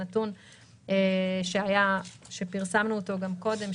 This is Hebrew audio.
הנתון שפרסמנו גם קודם,